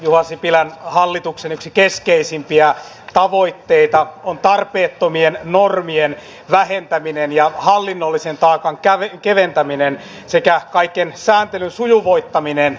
juha sipilän hallituksen yksi keskeisimpiä tavoitteita on tarpeettomien normien vähentäminen ja hallinnollisen taakan keventäminen sekä kaiken sääntelyn sujuvoittaminen